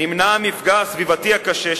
נמנע המפגע הסביבתי הקשה,